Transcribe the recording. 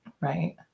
Right